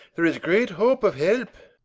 there is great hope of helpe